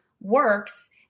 works